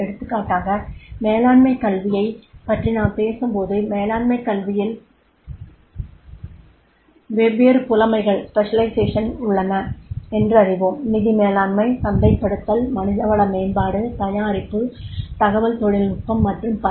எடுத்துக்காட்டாக மேலாண்மைக் கல்வியைப் பற்றி நாம் பேசும்போது மேலாண்மைக் கல்வியில் வெவ்வேறு புலமைகள் உள்ளன என்றறிவோம் நிதி மேலாண்மை சந்தைப்படுத்தல் மனிதவள மேம்பாடு தயாரிப்பு தகவல் தொழில்நுட்பம் மற்றும் பல